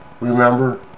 Remember